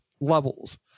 levels